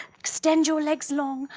extend your legs long,